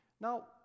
Now